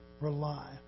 rely